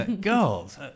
girls